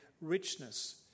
richness